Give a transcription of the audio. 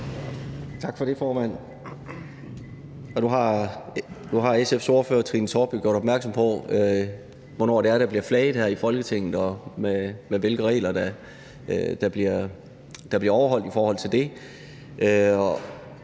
Tak for det, formand. Nu har SF's ordfører, Trine Torp, jo gjort opmærksom på, hvornår det er, der bliver flaget her i Folketinget, og hvilke regler der bliver overholdt i forhold til det,